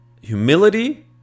humility